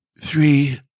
Three